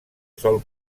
sol